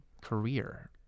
career